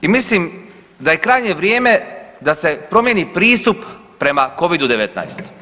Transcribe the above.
I mislim da je krajnje vrijeme da se promijeni pristup prema covid-19.